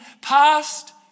Past